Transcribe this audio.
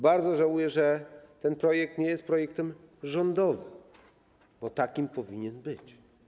Bardzo żałuję, że ten projekt nie jest projektem rządowym, bo taki powinien być.